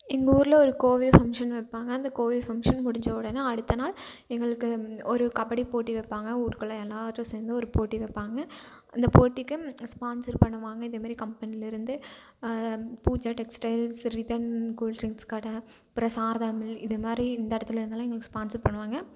எங்கள் ஊரில் ஒரு கோவில் ஃபங்க்ஷன் வைப்பாங்க அந்த கோயில் ஃபங்க்ஷன் முடிஞ்ச உடனே அடுத்த நாள் எங்களுக்கு ஒரு கபடி போட்டி வைப்பாங்க ஊருக்குள்ளே எல்லாரும் சேர்ந்து ஒரு போட்டி வைப்பாங்க அந்த போட்டிக்கு ஸ்பான்சர் பண்ணுவாங்க இந்தமாரி கம்பெனிலருந்து பூஜா டெக்ஸ்டைல்ஸ் ரிதன் கூல்ரிங்ஸ் கடை அப்புறோம் சாரதா மில் இது மாதிரி இந்த இடத்துலேந்துலாம் எங்களுக்கு ஸ்பான்சர் பண்ணுவாங்க